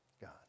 God